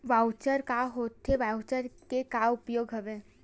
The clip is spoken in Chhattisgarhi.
वॉऊचर का होथे वॉऊचर के का उपयोग हवय?